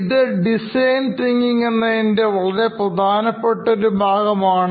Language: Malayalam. ഇത് ഡിസൈൻ തിങ്കിംഗ് എന്നതിൻറെ വളരെ പ്രധാനപ്പെട്ട ഒരു ഭാഗമാണ്